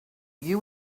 you